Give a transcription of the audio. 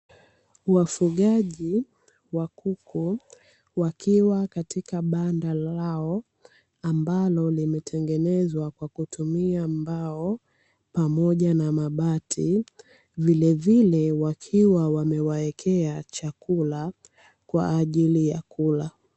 Wafugaji wa kuku wakiwa katika banda lao ambalo limetengenezwa kwa kutumia mbao pamoja na mabati, vilevile wakiwa wamewawekea chakula kwa ajili ya kula.